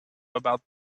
about